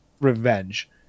revenge